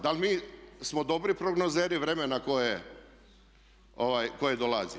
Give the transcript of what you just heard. Da li mi smo dobri prognozeri vremena koje dolazi?